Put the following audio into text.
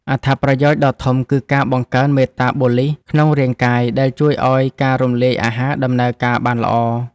អត្ថប្រយោជន៍ដ៏ធំគឺការបង្កើនមេតាបូលីសក្នុងរាងកាយ ដែលជួយឱ្យការរំលាយអាហារដំណើរការបានល្អ។